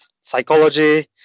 psychology